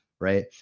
right